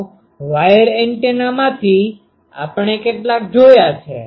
તો વાયર એન્ટેનામાંથી આપણે કેટલાક જોયા છે